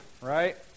right